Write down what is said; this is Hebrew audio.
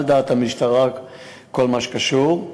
כל מה שקשור,